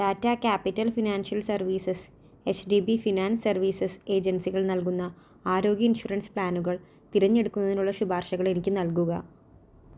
Tata capital financial services H D B finance services ഏജൻസികൾ നൽകുന്ന ആരോഗ്യ ഇൻഷുറൻസ് പ്ലാനുകൾ തിരഞ്ഞെടുക്കുന്നതിനുള്ള ശുപാർശകൾ എനിക്ക് നൽകുക